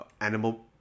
animal